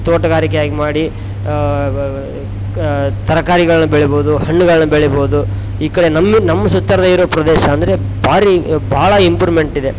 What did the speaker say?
ತೋಟಗಾರಿಕೆ ಆಗಿ ಮಾಡಿ ಕ ತರಕಾರಿಗಳ್ನ ಬೆಳಿಬೋದು ಹಣ್ಣುಗಳ್ನ ಬೆಳಿಬೋದು ಈ ಕಡೆ ನಮ್ಮ ನಮ್ಮ ಸುತ್ವರ್ದು ಇರೋ ಪ್ರದೇಶ ಅಂದರೆ ಭಾರಿ ಭಾಳ ಇಂಪ್ರುಮೆಂಟ್ ಇದೆ